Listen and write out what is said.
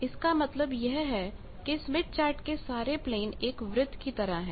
इसका मतलब यह है की स्मिथ चार्ट के सारे प्लेन एक वृत्त की तरह है